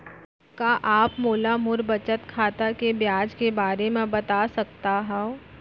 का आप मोला मोर बचत खाता के ब्याज के बारे म बता सकता हव?